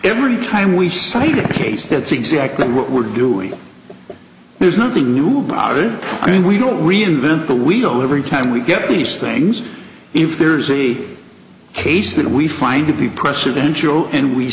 every time we cite a case that's exactly what we're doing there's nothing new about it i mean we don't reinvent the wheel every time we get these things if there's a case that we find to be presidential and we